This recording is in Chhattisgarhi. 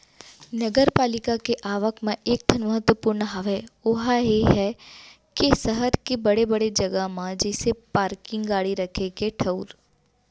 नगरपालिका के आवक म एक ठन महत्वपूर्न हवय ओहा ये हवय के सहर के बड़े बड़े जगा म जइसे पारकिंग गाड़ी रखे के ठऊर